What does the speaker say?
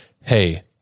hey